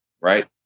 right